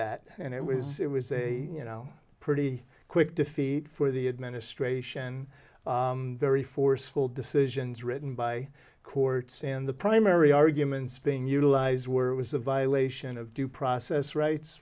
that and it was it was a you know pretty quick defeat for the administration very forceful decisions written by courts and the primary arguments being utilized were it was a violation of due process rights